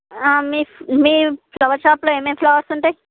మీ మీ ఫ్లవర్ షాప్లో ఏమేమి ఫ్లవర్స్ ఉంటాయి